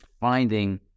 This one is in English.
finding